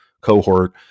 cohort